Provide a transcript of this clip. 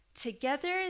Together